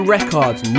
Records